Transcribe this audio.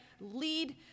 lead